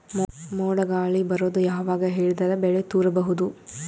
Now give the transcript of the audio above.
ಮೋಡ ಗಾಳಿ ಬರೋದು ಯಾವಾಗ ಹೇಳಿದರ ಬೆಳೆ ತುರಬಹುದು?